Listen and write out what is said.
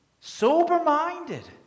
sober-minded